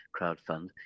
crowdfund